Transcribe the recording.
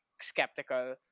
skeptical